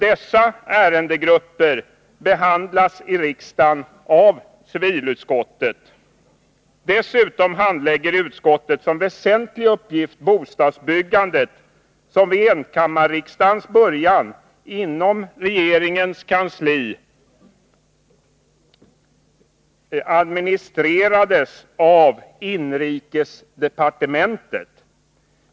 Dessa ärendegrupper behandlas i riksdagen av civilutskottet. Dessutom handlägger utskottet som en väsentlig uppgift bostadsbyggandet, som vid enkammarriksdagens början inom regeringens kansli administrerades av inrikesdepartementet.